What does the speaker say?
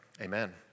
Amen